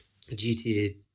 GTA